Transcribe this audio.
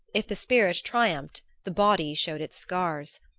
if the spirit triumphed the body showed its scars.